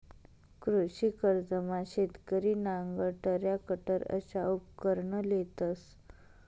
कृषी कर्जमा शेतकरी नांगर, टरॅकटर अशा उपकरणं लेतंस